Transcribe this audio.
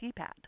keypad